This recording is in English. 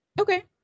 Okay